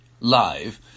live